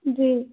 جی